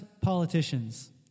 politicians